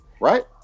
right